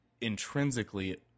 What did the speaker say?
intrinsically